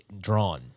drawn